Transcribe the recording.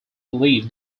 believe